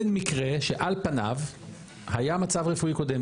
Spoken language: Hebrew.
זה מקרה שעל פניו היה מצב רפואי קודם,